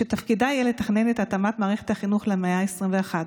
שתפקידה יהיה לתכנן את התאמת מערכת החינוך למאה ה-21,